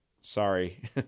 sorry